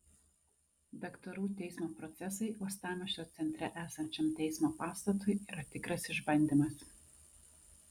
daktarų teismo procesai uostamiesčio centre esančiam teismo pastatui yra tikras išbandymas